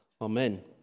Amen